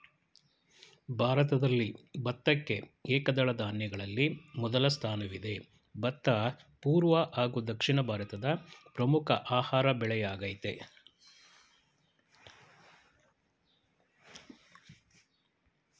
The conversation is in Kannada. ಭಾರತದಲ್ಲಿ ಭತ್ತಕ್ಕೆ ಏಕದಳ ಧಾನ್ಯಗಳಲ್ಲಿ ಮೊದಲ ಸ್ಥಾನವಿದೆ ಭತ್ತ ಪೂರ್ವ ಹಾಗೂ ದಕ್ಷಿಣ ಭಾರತದ ಪ್ರಮುಖ ಆಹಾರ ಬೆಳೆಯಾಗಯ್ತೆ